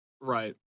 Right